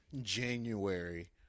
january